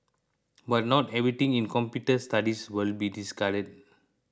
but not everything in computer studies will be discarded